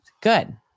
Good